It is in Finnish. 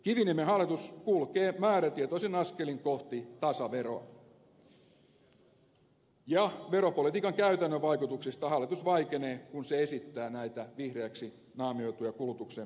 kiviniemen hallitus kulkee määrätietoisin askelin kohti tasaveroa ja veropolitiikan käytännön vaikutuksista hallitus vaikenee kun se esittää näitä vihreiksi naamioituja kulutukseen perustuvia veroja